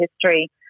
history